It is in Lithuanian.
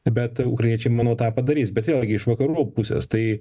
bet ukrainiečiai manau tą padarys bet vėlgi iš vakarų pusės tai